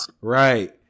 Right